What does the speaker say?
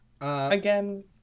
Again